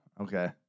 Okay